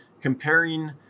comparing